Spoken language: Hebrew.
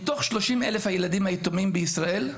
מתוך 30,000 הילדים היתומים בישראל,